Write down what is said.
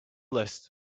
list